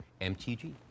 MTG